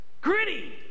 Gritty